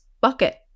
bucket